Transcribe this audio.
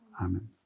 Amen